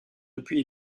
depuis